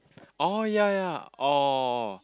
oh ya ya oh